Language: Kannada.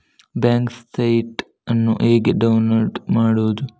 ಬ್ಯಾಂಕ್ ಸ್ಟೇಟ್ಮೆಂಟ್ ಅನ್ನು ಹೇಗೆ ಡೌನ್ಲೋಡ್ ಮಾಡುವುದು?